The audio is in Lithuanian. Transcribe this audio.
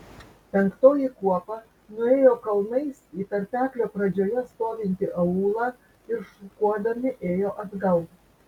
penktoji kuopa nuėjo kalnais į tarpeklio pradžioje stovintį aūlą ir šukuodami ėjo atgal